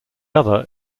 other